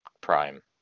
Prime